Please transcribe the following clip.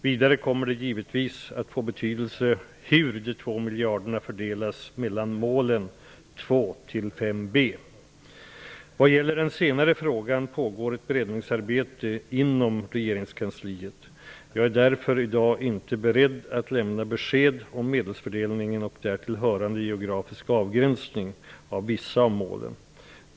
Vidare kommer det givetvis att få betydelse hur de 2 Vad gäller den senare frågan pågår ett beredningsarbete inom regeringskansliet. Jag är därför i dag inte beredd att lämna besked om medelsfördelningen och därtill hörande geografisk avgränsning av vissa av målen.